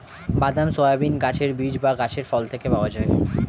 বাদাম, সয়াবিন গাছের বীজ বা গাছের ফল থেকে পাওয়া যায়